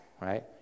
right